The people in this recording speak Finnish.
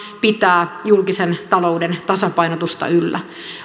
pitää julkisen talouden tasapainotusta yllä